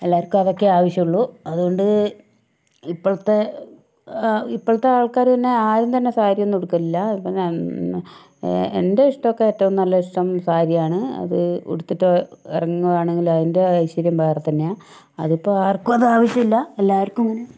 എല്ലാവർക്കും അതൊക്കെയേ ആവശ്യമുള്ളു അതുകൊണ്ട് ഇപ്പോഴത്തെ ഇപ്പോഴത്തെ ആൾക്കാർ തന്നെ ആരും തന്നെ സാരിയൊന്നും ഉടുക്കലില്ല എൻ്റെയിഷ്ടമൊക്കെ ഏറ്റവും നല്ലയിഷ്ടം സാരിയാണ് അത് ഉടുത്തിട്ട് ഇറങ്ങുകയാണെകിൽ അതിൻ്റെ ഒരു ഐശ്വര്യം വേറെ തന്നെയാ അതിപ്പോൾ ആർക്കും അതാവശ്യമില്ല എല്ലാവർക്കും